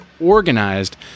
organized